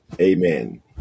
Amen